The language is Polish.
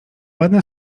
ładne